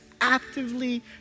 actively